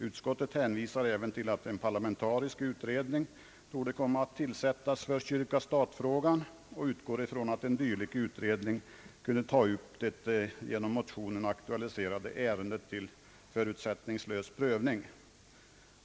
Utskottet hänvisar även till att en parlamentarisk utredning torde komma att tillsättas beträffande förhållandet mellan kyrka och stat, och utgår ifrån att en dylik utredning kunde ta upp det genom motionen aktualiserade ärendet till förutsättningslös prövning.